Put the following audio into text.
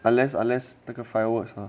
unless unless 那个 fireworks ah